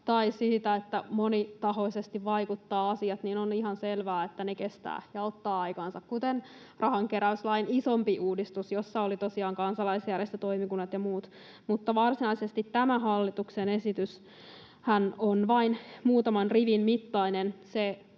tai siitä, että asiat vaikuttavat monitahoisesti, on ihan selvää, että ne kestävät ja ottavat aikaansa, kuten rahankeräyslain isompi uudistus, jossa oli tosiaan kansalaisjärjestöt, toimikunnat ja muut. Mutta varsinaisesti tämä hallituksen esityshän on vain muutaman rivin mittainen.